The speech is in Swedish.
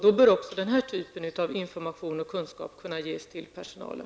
Då bör också den typen av information och kunskap ges till personalen.